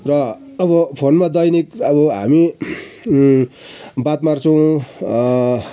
र अब फोनमा दैनिक अब हामी बात मार्छौँ